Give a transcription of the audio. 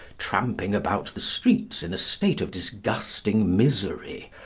tramping about the streets in a state of disgusting misery,